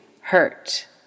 hurt